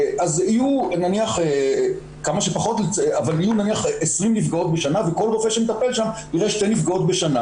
אז יהיו נניח 20 נפגעות בשנה וכל רופא שמטפל שם יראה שתי נפגעות בשנה.